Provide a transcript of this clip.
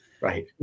Right